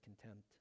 contempt